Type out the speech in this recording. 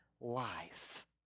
life